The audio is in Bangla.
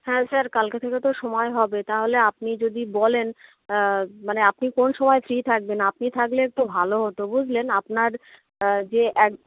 হ্যাঁ স্যার কালকে থেকে তো সময় হবে তাহলে আপনি যদি বলেন মানে আপনি কোন সময় ফ্রি থাকবেন আপনি থাকলে একটু ভালো হতো বুঝলেন আপনার যে এক